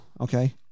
Okay